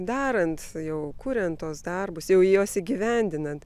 darant jau kuriant tuos darbus jau juos įgyvendinant